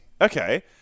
Okay